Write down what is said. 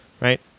right